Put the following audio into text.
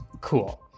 Cool